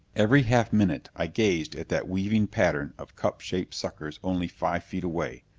every half-minute i gazed at that weaving pattern of cup-shaped suckers only five feet away,